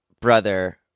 brother